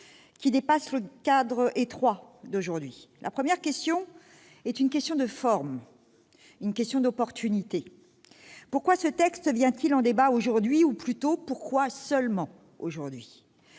qui dépassent le cadre étroit d'aujourd'hui. En premier lieu, se posent des questions de forme, d'opportunité : pourquoi ce texte vient-il en débat aujourd'hui ou, plutôt, pourquoi seulement aujourd'hui ?